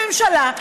הממשלה,